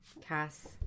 Cass